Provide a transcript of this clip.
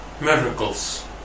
miracles